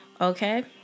Okay